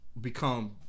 become